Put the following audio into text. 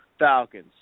Falcons